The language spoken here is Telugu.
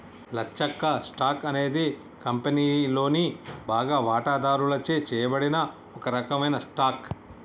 లచ్చక్క, స్టాక్ అనేది కంపెనీలోని బాగా వాటాదారుచే చేయబడిన ఒక రకమైన స్టాక్